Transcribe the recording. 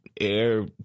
air